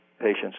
patients